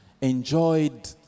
enjoyed